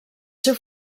seu